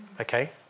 Okay